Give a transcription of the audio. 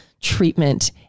treatment